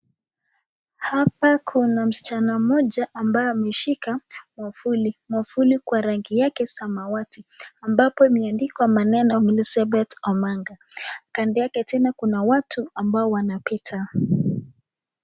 Hapa kuna msichana mmoja ambaye ameshika mwavuli. Mwavuli kwa rangi yake samawati ambapo imeandikwa maneno Milicent Omanga. Kando yake kuna watu ambao wanapita.